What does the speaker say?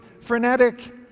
frenetic